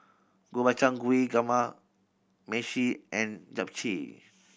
Gobchang Gui Kamameshi and Japchae